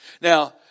Now